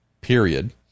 Period